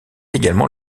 également